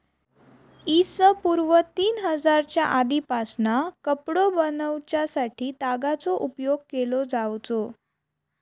इ.स पूर्व तीन हजारच्या आदीपासना कपडो बनवच्यासाठी तागाचो उपयोग केलो जावचो